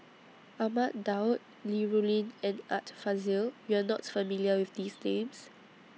Ahmad Daud Li Rulin and Art Fazil YOU Are not familiar with These Names